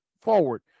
forward